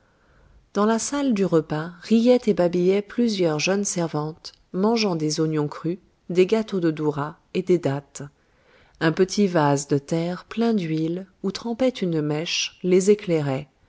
dans la salle du repas riaient et babillaient plusieurs jeunes servantes mangeant des oignons crus des gâteaux de dourah et des dattes un petit vase de terre plein d'huile où trempait une mèche les éclairait